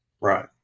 Right